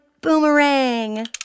boomerang